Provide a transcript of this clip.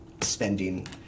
spending